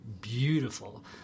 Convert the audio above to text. beautiful